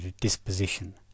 disposition